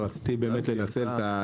רציתי באמת לנצל,